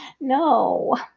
no